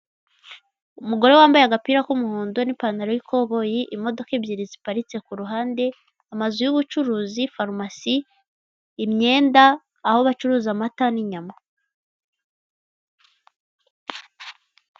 Umugore wambaye agapira k'umuhondo n'ipantaro y'ikoboyi. Imodoka ebyiri ziparitse ku ruhande, amazu y'ubucuruzi. Farumasi, imyenda, aho bacuruza amata n'inyama.